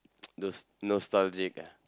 those nostalgic ah